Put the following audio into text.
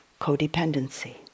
codependency